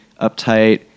uptight